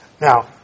Now